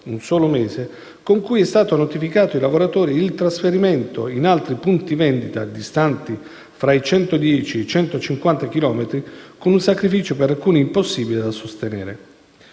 (un solo mese) con cui è stato notificato ai lavoratori il trasferimento in altri punti vendita (distanti fra i 110 e i 150 chilometri), con un sacrificio per alcuni impossibile da sostenere.